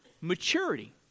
Maturity